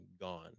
gone